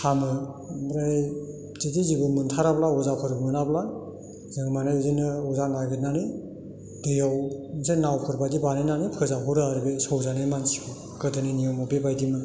फाहामो ओमफ्राय जुदि जेबो मोनथाराब्ला अजाफोर मोनाब्ला जों माने बिदिनो अजा नागिरनानै दैयाव बिदिनो नावफोर बायदि बानायनानै फोजावहरो आरो बे सौजानाय मानसिखौ गोदोनि नियमाव बेबायदिमोन